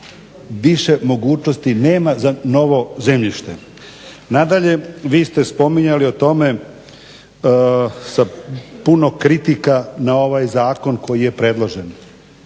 više mogućnosti nema za novo zemljište. Nadalje, vi ste spominjali o tome sa puno kritika na ovaj zakon koji je predložen.